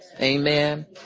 Amen